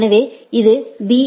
எனவே இது பி